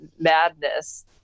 madness